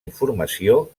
informació